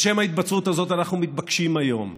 בשם ההתבצרות הזאת אנחנו מתבקשים היום,